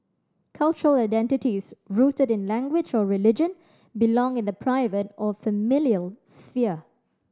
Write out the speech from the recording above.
cultural identities rooted in language or religion belong in the private or familial sphere